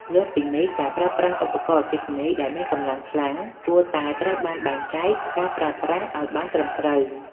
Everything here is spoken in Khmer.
លើសពីនេះ ការប្រើប្រាស់ឧបករណ៍អគ្គិសនីដែលមានកម្លាំងខ្លាំង គួរតែត្រូវបានបែងចែកការប្រើប្រាស់ឱ្យបានត្រឹមត្រូវ។